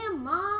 mom